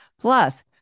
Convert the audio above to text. Plus